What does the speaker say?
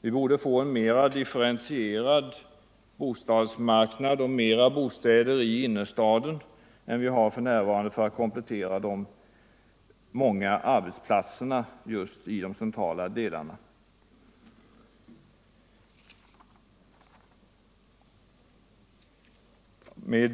Vi borde få en mera differentierad bostadsmarknad med flera bostäder i innerstaden än för närvarande för att komplettera de många arbetsplatserna just i dessa delar exempelvis. Med